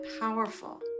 powerful